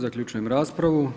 Zaključujem raspravu.